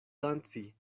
danci